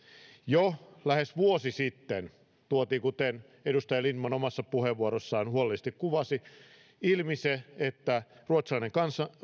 jo lähes vuosi sitten kuten edustaja lindtman omassa puheenvuorossaan huolellisesti kuvasi tuotiin ilmi se että ruotsalainen